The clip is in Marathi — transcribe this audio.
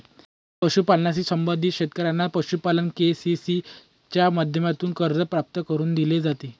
पशुपालनाशी संबंधित शेतकऱ्यांना पशुपालन के.सी.सी च्या माध्यमातून कर्ज प्राप्त करून दिले जाते